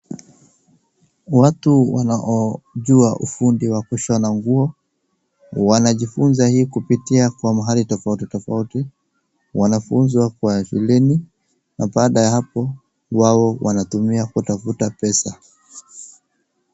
Watu wanaojua ufundi wa kushona nguo wanajifunza hii kupitia kwa mahali tofauti tofauti. Wanafunzi wako shuleni na baada ya hapo wao wanatumia kupata pesa.